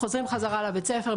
חוזרים בחזרה לבית הספר,